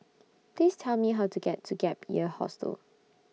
Please Tell Me How to get to Gap Year Hostel